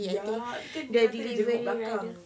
ya kan dia kata dia jenguk belakang